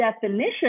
definition